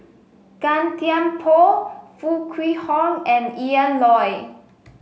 Gan Thiam Poh Foo Kwee Horng and Yan Loy